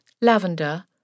lavender